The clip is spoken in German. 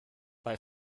bei